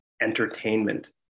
entertainment